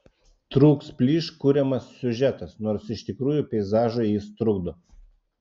trūks plyš kuriamas siužetas nors iš tikrųjų peizažui jis trukdo